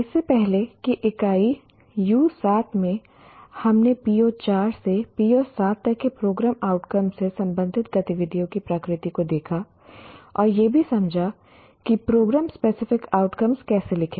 इससे पहले की इकाई U 7 में हमने PO4 से PO7 तक के प्रोग्राम आउटकम से संबंधित गतिविधियों की प्रकृति को देखा और यह भी समझा कि प्रोग्राम स्पेसिफिक आउटकम्स कैसे लिखें